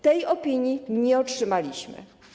Tej opinii nie otrzymaliśmy.